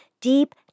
deep